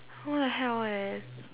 what the hell eh